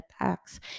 attacks